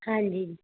ਹਾਂਜੀ